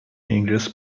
andreas